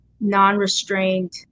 non-restrained